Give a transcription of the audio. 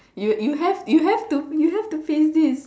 you you have to you have to face this